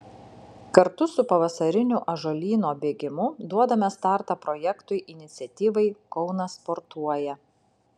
kartu su pavasariniu ąžuolyno bėgimu duodame startą projektui iniciatyvai kaunas sportuoja